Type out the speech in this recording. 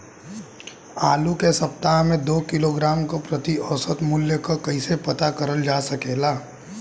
आलू के सप्ताह में दो किलोग्राम क प्रति औसत मूल्य क कैसे पता करल जा सकेला?